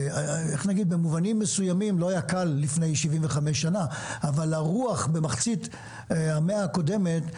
במובנים מסוימים לא היה קל לפני 75 שנים אבל הרוח במחצית המאה הקודמת,